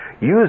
Use